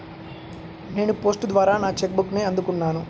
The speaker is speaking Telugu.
నేను పోస్ట్ ద్వారా నా చెక్ బుక్ని అందుకున్నాను